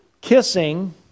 kissing